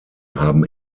haben